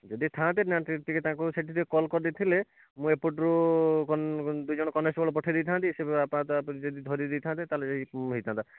ଯଦି ଥାନ୍ତେ ଟିକିଏ ତାଙ୍କୁ ସେଠି ଟିକିଏ କଲ୍ କରି ଦେଇଥିଲେ ମୁଁ ଏପଟରୁ ଦୁଇଜଣ କନଷ୍ଟେବଳ ପଠାଇ ଦେଇଥାନ୍ତି ସେ ଅପାତତଃ ଧରି ଦେଇଥାନ୍ତେ ତାହେଲେ ହୋଇଥାନ୍ତା